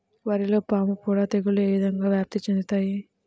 వరిలో పాముపొడ తెగులు ఏ విధంగా వ్యాప్తి చెందుతాయి?